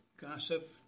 Gossip